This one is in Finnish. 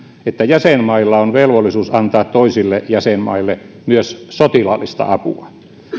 että jäsenmailla on velvollisuus antaa toisille jäsenmaille myös sotilaallista apua